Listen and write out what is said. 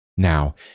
Now